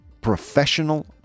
Professional